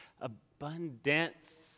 abundance